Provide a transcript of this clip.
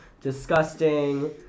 disgusting